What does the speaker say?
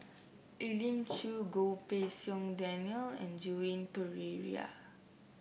Elim Chew Goh Pei Siong Daniel and Joan Pereira